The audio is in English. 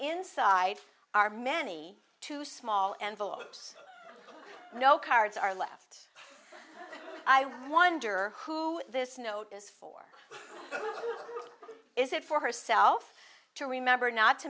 inside are many too small envelopes no cards are left i wonder who this note is for is it for herself to remember not to